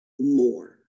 more